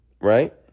Right